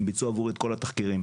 הם ביצעו עבורי את כל התחקירים,